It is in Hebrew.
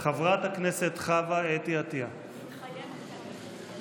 מתחייבת אני.